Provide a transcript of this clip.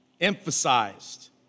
emphasized